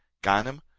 ganem,